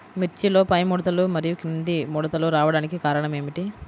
మిర్చిలో పైముడతలు మరియు క్రింది ముడతలు రావడానికి కారణం ఏమిటి?